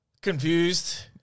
Confused